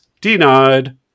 denied